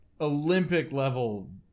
Olympic-level